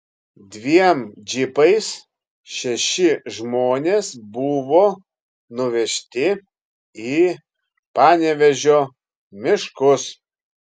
dviem džipais šeši žmonės buvo nuvežti į panevėžio miškus